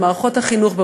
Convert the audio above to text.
במערכות החינוך,